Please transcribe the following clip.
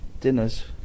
dinners